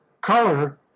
color